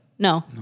No